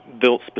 built